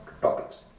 topics